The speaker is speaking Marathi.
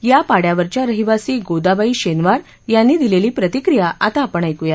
या पाड्यावरच्या रहिवासी गोदाबाई शेनवार यांनी दिलेली प्रतिक्रिया आता आपण ऐकूया